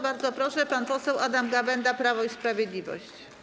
Bardzo proszę, pan poseł Adam Gawęda, Prawo i Sprawiedliwość.